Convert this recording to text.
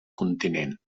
continent